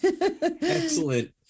Excellent